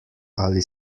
ali